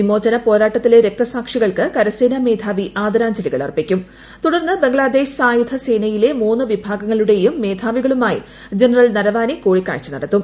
വിമോചന പോരാട്ടത്തിലെ രക്തസ്ാക്ഷികൾക്ക് കരസേനാ മേധാവി ആദരാഞ്ജലികൾ അർപ്പിക്കും തുടർന്ന് ബംഗ്ലാദേശ് സായുധ സേനയിലെ മൂന്ന് വിഭാഗ്ങ്ങളുടെയും മേധാവികളുമായി ജനറൽ നരവാനെ കൂടിക്കാഴ്ച്ച് നടത്തും